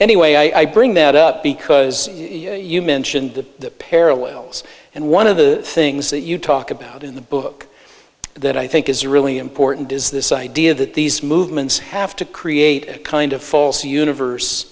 anyway i bring that up because you mentioned the parallels and one of the things that you talk about in the book that i think is really important is this idea that these movements half create a kind of false universe